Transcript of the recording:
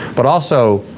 but also,